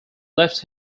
left